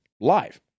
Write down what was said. live